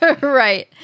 Right